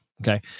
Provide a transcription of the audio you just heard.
Okay